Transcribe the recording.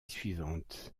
suivante